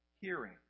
hearing